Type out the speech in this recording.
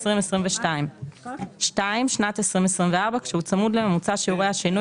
2022״; (2)שנת 2024 - "כשהוא צמוד לממוצע שיעורי השינוי